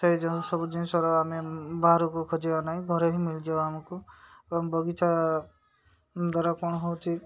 ସେ ଯେଉଁ ସବୁ ଜିନିଷର ଆମେ ବାହାରକୁ ଖୋଜିବା ନାହିଁ ଘରେ ହିଁ ମଳିଯିବ ଆମକୁ ବଗିଚା ଦ୍ୱାରା କ'ଣ ହେଉଛି